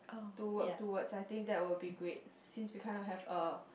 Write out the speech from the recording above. to work towards I think that will be great since we kind of have a